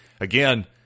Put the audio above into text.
again